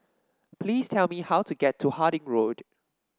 please tell me how to get to Harding Road